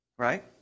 Right